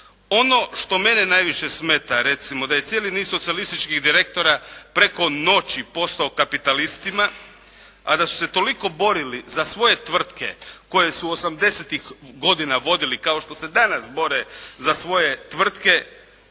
Ono što mene najviše smeta recimo da je cijeli niz socijalističkih direktora preko noći postao kapitalistima, a da su se toliko borili za svoje tvrtke koje su 80-tih godina vodili kao što se danas bore za svoje tvrtke